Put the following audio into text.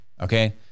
okay